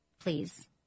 please